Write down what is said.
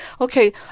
okay